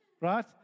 Right